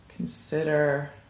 Consider